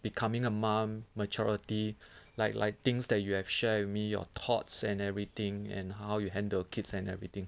becoming a mum maturity like like things that you have share with me your thoughts and everything and how you handle kids and everything